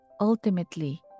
ultimately